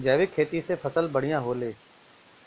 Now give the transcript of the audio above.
जैविक खेती से फसल बढ़िया होले